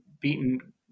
beaten